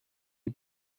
die